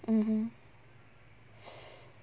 mmhmm